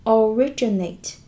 originate